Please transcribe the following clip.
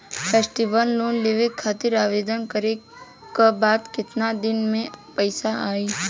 Festival loan लेवे खातिर आवेदन करे क बाद केतना दिन म पइसा आई?